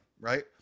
right